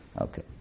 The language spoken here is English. Okay